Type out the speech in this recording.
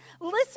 Listen